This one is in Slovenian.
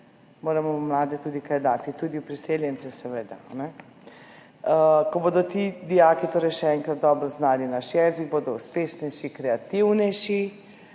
moramo v mlade tudi kaj dati, tudi priseljence, seveda. Ko bodo ti dijaki, še enkrat, dobro znali naš jezik, bodo uspešnejši, kreativnejši,